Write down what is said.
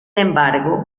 embargo